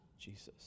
Jesus